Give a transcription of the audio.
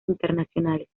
internacionales